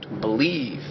believe